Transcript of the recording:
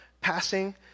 passing